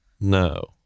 no